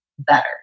better